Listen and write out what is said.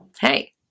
hey